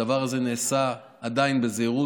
הדבר הזה עדיין נעשה בזהירות.